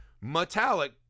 metallic